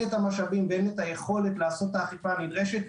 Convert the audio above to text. המשאבים והיכולת לעשות את האכיפה הנדרשת,